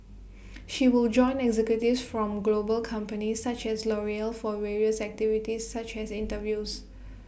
she will join executives from global companies such as L'Oreal for various activities such as interviews